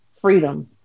freedom